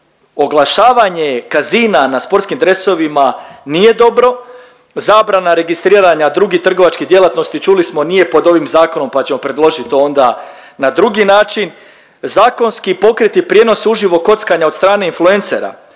oglašavanje casina na sportskim dresovima nije dobro, zabrana registriranja drugih trgovačkih djelatnosti čuli smo nije pod ovim zakonom pa ćemo predložit to onda na drugi način. Zakonski pokret i prijenos uživo kockanja od strana influensera,